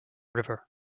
river